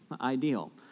ideal